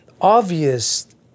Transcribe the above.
obvious